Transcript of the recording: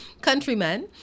countrymen